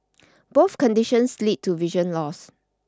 both conditions led to vision loss